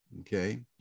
okay